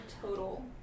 total